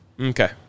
Okay